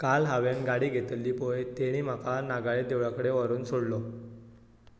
काल हांवें गाडी घेतिल्ली पळय तेणी म्हाका नागाळे देवळा कडेन व्हरून सोडलो